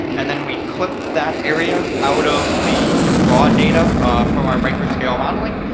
and then we clip that area out of the raw data from our microscale modeling,